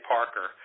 Parker